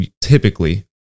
typically